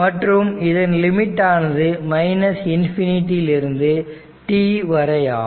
மற்றும் இதன் லிமிட் ஆனது ∞ இலிருந்து t வரையாகும்